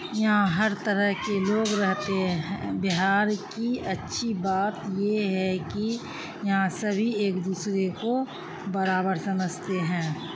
یہاں ہر طرح کے لوگ رہتے ہیں بہار کی اچھی بات یہ ہے کہ یہاں سبھی ایک دوسرے کو برابر سمجھتے ہیں